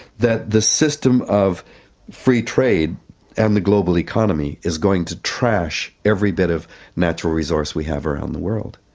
that the system of free trade and the global economy economy is going to trash every bit of natural resource we have around the world.